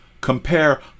Compare